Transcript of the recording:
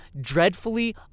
dreadfully